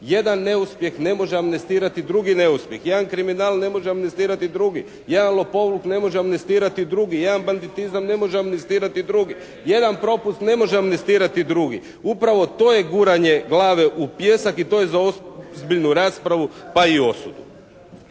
Jedan neuspjeh ne može amnestirati drugi neuspjeh. Jedan kriminal ne može amnestirati drugi. Jedan lopovluk ne može amnestirati drugi. Jedan banditizam ne može amnestirati drugi. Jedan propust ne može amnestirati drugi. Upravo to je guranje glave u pijesak i to je za ozbiljnu raspravu pa i osudu.